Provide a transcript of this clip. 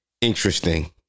interesting